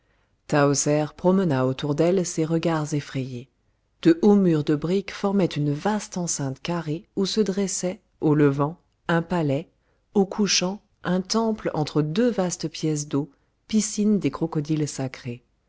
promena autour d'elle ses regards effrayés de hauts murs de brique formaient une vaste enceinte où se dressait au levant un palais au couchant un temple entre deux vastes pièces d'eau piscines des crocodiles sacrés